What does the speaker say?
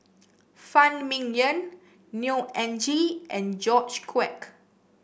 Phan Ming Yen Neo Anngee and George Quek